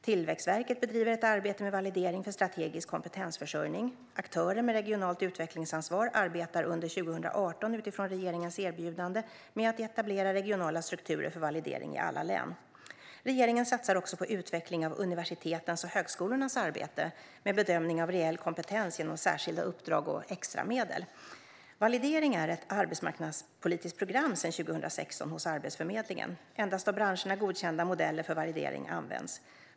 Tillväxtverket bedriver ett arbete med validering för strategisk kompetensförsörjning. Aktörer med regionalt utvecklingsansvar arbetar under 2018 utifrån regeringens erbjudande med att etablera regionala strukturer för validering i alla län. Regeringen satsar också på utveckling av universitetens och högskolornas arbete med bedömning av reell kompetens genom särskilda uppdrag och extra medel. Validering är ett arbetsmarknadspolitiskt program sedan 2016 hos Arbetsförmedlingen. Endast av branscherna godkända modeller för validering används.